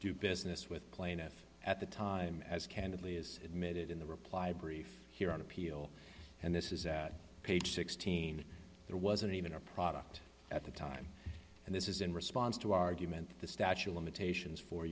do business with plaintiff at the time as candidly is admitted in the reply brief here on appeal and this is at page sixteen there wasn't even a product at the time and this is in response to argument that the statue of limitations four